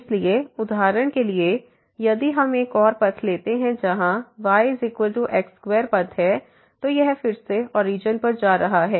इसलिए उदाहरण के लिए यदि हम एक और पथ लेते हैं जहां yx2 पथ है तो यह फिर से ओरिजन पर जा रहा है